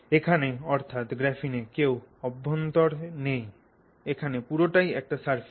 এখানে অর্থাৎ গ্রাফিনে কোন অভ্যন্তর নেই এখানে পুরোটাই একটা সারফেস